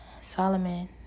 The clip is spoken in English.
Solomon